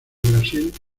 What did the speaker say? brasil